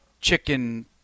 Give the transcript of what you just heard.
chicken